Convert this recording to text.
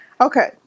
Okay